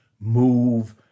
move